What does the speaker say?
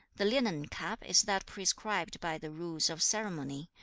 the linen cap is that prescribed by the rules of ceremony,